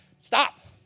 Stop